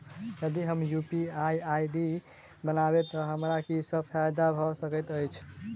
यदि हम UPI ID बनाबै तऽ हमरा की सब फायदा भऽ सकैत अछि?